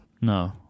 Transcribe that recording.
No